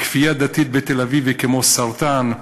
הכפייה הדתית בתל-אביב היא כמו סרטן,